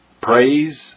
praise